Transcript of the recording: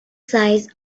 size